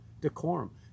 decorum